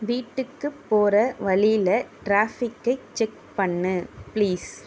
வீட்டுக்கு போகிற வழியில் டிராஃபிக்கை செக் பண்ணு பிளீஸ்